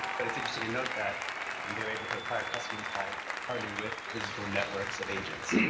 but it's interesting to note that they're able to acquire customers by partnering with visible networks of agents.